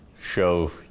show